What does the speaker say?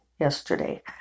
yesterday